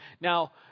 now